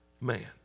man